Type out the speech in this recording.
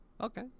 Okay